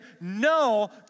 no